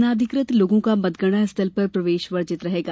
अनाधिकृत लोगों का मतगणना स्थल पर प्रवेश वर्जित रहेगा